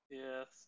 yes